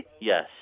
Yes